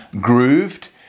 grooved